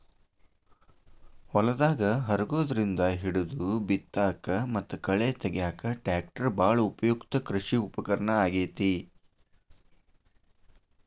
ಹೊಲದಾಗ ಹರಗೋದ್ರಿಂದ ಹಿಡಿದು ಬಿತ್ತಾಕ ಮತ್ತ ಕಳೆ ತಗ್ಯಾಕ ಟ್ರ್ಯಾಕ್ಟರ್ ಬಾಳ ಉಪಯುಕ್ತ ಕೃಷಿ ಉಪಕರಣ ಆಗೇತಿ